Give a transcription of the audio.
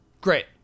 Great